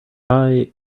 i—i